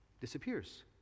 disappears